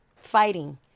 fighting